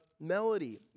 melody